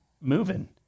moving